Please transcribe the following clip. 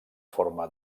forma